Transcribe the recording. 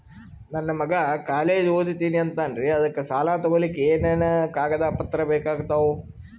ನನ್ನ ಮಗ ಕಾಲೇಜ್ ಓದತಿನಿಂತಾನ್ರಿ ಅದಕ ಸಾಲಾ ತೊಗೊಲಿಕ ಎನೆನ ಕಾಗದ ಪತ್ರ ಬೇಕಾಗ್ತಾವು?